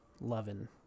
loving